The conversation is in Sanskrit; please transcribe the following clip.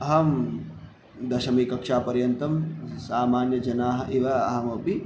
अहं दशमीकक्षापर्यन्तं सामान्यजनाः इव अहमपि